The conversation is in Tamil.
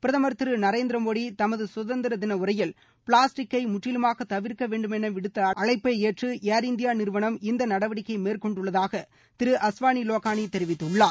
பிரதமர் திரு நரேந்திரமோடி தமது சுதந்திர தின உரையில் பிளாஸ்டிக்கை முற்றிலுமாக தவிர்க்க வேண்டுமென விடுத்த அழைப்பை ஏற்று ஏர் இந்தியா இந்த நடவடிக்கையை மேற்கொண்டுள்ளதாக திரு அஸ்வானி லோகானி தெரிவித்துள்ளார்